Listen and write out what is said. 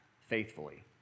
faithfully